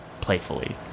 playfully